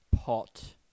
pot